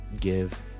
give